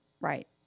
Right